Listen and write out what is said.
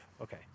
Okay